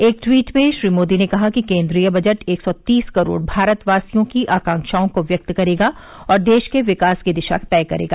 एक ट्वीट में श्री मोदी ने कहा कि केन्द्रीय बजट एक सौ तीस करोड़ भारतवासियों की आकांवाओं को व्यक्त करेगा और देश के विकास की दिशा तय करेगा